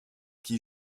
qui